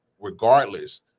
regardless